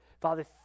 Father